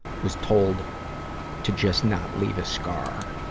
was told to just not leave a scar?